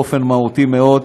באופן מהותי מאוד,